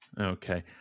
Okay